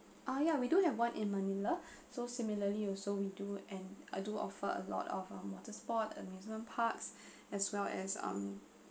ah ya we do have one in manila so similarly also we do and do offer a lot of our water sport amusement parks as well as um